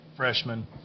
freshman